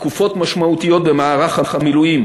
תקופות משמעותיות במערך המילואים